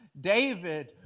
David